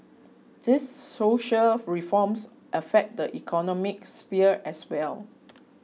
these social reforms affect the economic sphere as well